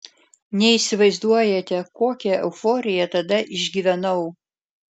neįsivaizduojate kokią euforiją tada išgyvenau